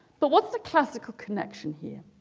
but what's the classical connection here